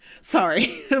sorry